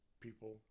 people